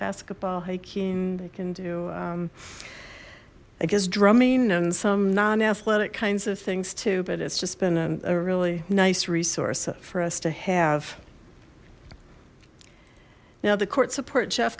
basketball hiking they can do i guess drumming and some non athletic kinds of things too but it's just been a really nice resource for us to have now the court support